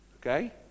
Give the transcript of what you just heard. Okay